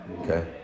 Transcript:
okay